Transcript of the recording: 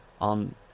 on